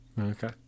Okay